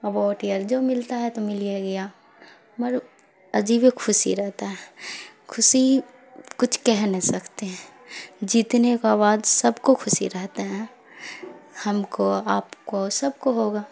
اووٹئل جو ملتا ہے تو ملئے گیا مگر عجیبے خوشی رہتا ہے خوشی کچھ کہہ نہیں سکتے ہیں جیتنے کا بعد سب کو خوشی رہتے ہیں ہم کو آپ کو سب کو ہوگا